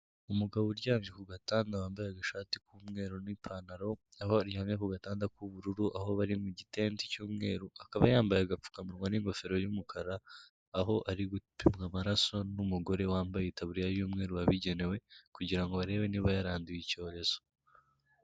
Umugabo uryamye ku gatanda wambaye agashati k'umweru n'ipantaro. Aho aryamye ku gatanda k'ubururu. Aho bari mu gitente cy'umweru, akaba yambaye agapfukamunwa n'ingofero y'umukara. Aho ari gufatwa amaraso n'umugore wambaye itaburiya y'umweru wabigenewe, kugirango arebe niba yaranduye icyorezo.